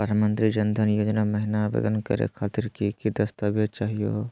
प्रधानमंत्री जन धन योजना महिना आवेदन करे खातीर कि कि दस्तावेज चाहीयो हो?